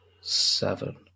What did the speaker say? seven